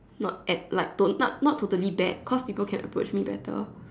not at like don't not not totally bad cause people can approach me better